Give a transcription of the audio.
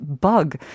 bug